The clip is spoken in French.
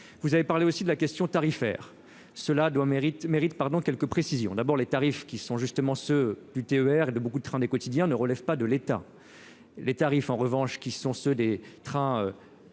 vous avez parlé aussi de la question tarifaire cela doit mérite mérite pardon quelques précisions : d'abord les tarifs qui sont justement ceux du TER et de beaucoup de trains, des quotidiens ne relève pas de l'État, les tarifs en revanche qui sont ceux des trains